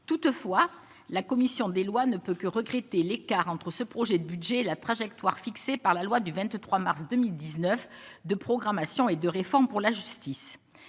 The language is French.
toutefois la commission des lois, ne peut que regretter l'écart entre ce projet de budget la trajectoire fixée par la loi du 23 mars 2019 de programmation et de réforme pour la justice,